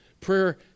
Prayer